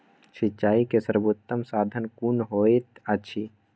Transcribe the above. सिंचाई के सर्वोत्तम साधन कुन होएत अछि?